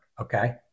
Okay